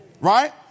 right